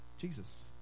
Jesus